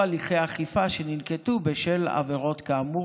הליכי אכיפה שננקטו בשל עבירות כאמור,